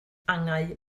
angau